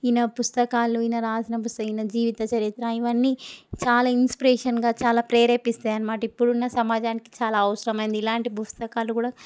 ఈయన పుస్తకాలు ఈయన రాసిన పుస్తకాలు ఈయన జీవిత చరిత్ర ఇవన్నీ చాలా ఇన్స్పిరేషన్గా చాలా ప్రేరేపిస్తాయి అనమాట ఇప్పుడున్న సమాజానికి చాలా అవసరం అయింది ఇలాంటి పుస్తకాలు కూడా